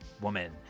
woman